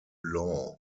law